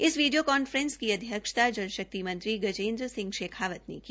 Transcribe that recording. इस video conferencing की अध्यक्षता जल शक्ति मंत्री गजेंद्र सिंह शेखावत ने की